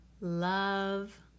love